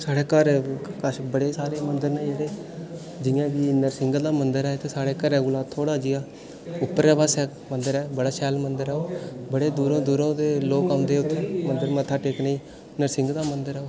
साढ़े घरै कश बड़े सारे मंदर न जेह्ड़े जि'यां कि नरसिंह दा मंदर ऐ इत्थें साढ़े घरै कोला थोह्ड़ा जेहा उप्परै पास्सै मंदर ऐ बड़ा शैल मंदर ऐ ओह् बड़े दूरा दूरा ओह्दे लोक औंदे मंदर मत्था टेकने गी नरसिंह दा मंदर ऐ ओह्